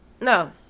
No